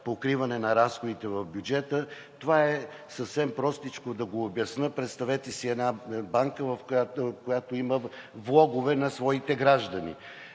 покриване на разходите в бюджета. Съвсем простичко да го обясня – представете си една банка, която има влогове на своите граждани.